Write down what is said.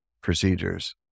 procedures